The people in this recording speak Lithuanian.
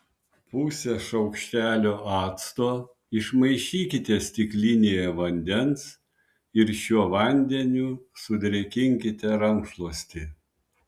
pusę šaukštelio acto išmaišykite stiklinėje vandens ir šiuo vandeniu sudrėkinkite rankšluostį